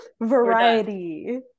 variety